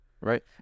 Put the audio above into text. Right